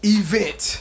event